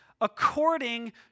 according